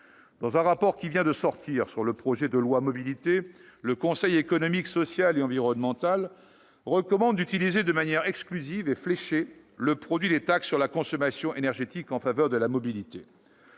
Dans un rapport qui vient de sortir sur le projet de loi d'orientation des mobilités, le Conseil économique, social et environnemental recommande d'utiliser de manière exclusive et fléchée le produit des taxes sur la consommation énergétique en faveur de la mobilité.